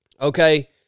Okay